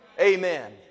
Amen